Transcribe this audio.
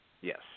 yes